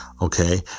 Okay